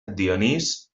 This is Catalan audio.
dionís